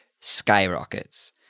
skyrockets